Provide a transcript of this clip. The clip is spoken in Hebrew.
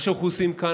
מה שאנחנו עושים כאן,